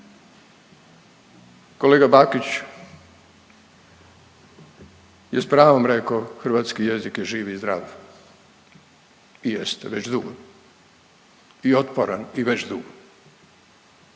Kolega Bakić je sa pravom rekao hrvatski jezik je živ i zdrav i jeste već dugo i otporan i već dugo.